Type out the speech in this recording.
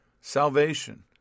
Salvation